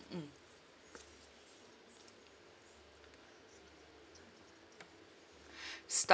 mm stop